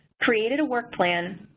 created a work plan,